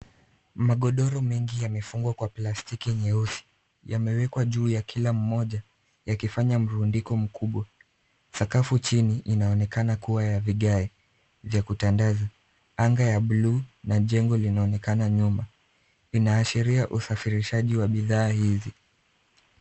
Magodoro mengi yamefungwa kwa plastiki nyeusi. Yamewekwa juu ya kila moja yakifanya mrundiko mkubwa. Sakafu chini inaonekana kuwa ya vigae vya kutandaza. Anga ya buluu na jengo linaonekana nyuma. Inaashiria usafirishaji wa bidhaa hizi.